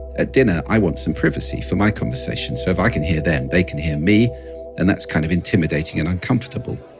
at dinner i want some privacy for my conversation, so if i can hear them they can hear me and that's kind of intimidating and uncomfortable.